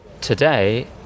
Today